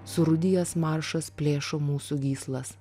surūdijęs maršas plėšo mūsų gyslas